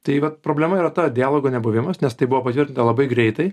tai vat problema yra ta dialogo nebuvimas nes tai buvo patvirtinta labai greitai